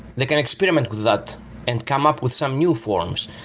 they can experiment with that and come up with some new forms.